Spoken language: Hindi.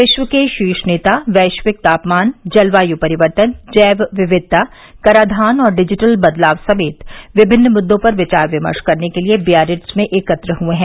विश्व के शीर्ष नेता वैश्विक तापमान जलवायू परिवर्तन जैव विक्विता कराघान और डिजिटल बदलाव समेत विभिन्न मूद्रों पर विचार विमर्श करने के लिए वियारित्ज में एकत्र हुए हैं